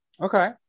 okay